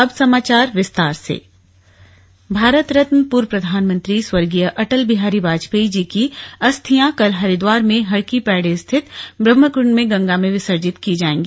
अस्थि विसर्जन भारत रत्न पूर्व प्रधानमंत्री स्वर्गीय अटल बिहारी वाजपेयी जी की अस्थियां कल हरिद्वार में हर की पैड़ी स्थित ब्रह्मकुंड में गंगा में विसर्जित की जाएगी